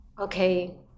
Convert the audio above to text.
okay